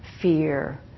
fear